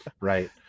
right